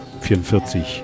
44